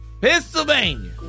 Pennsylvania